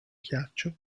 ghiaccio